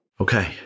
Okay